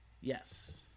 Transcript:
Yes